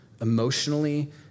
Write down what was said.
emotionally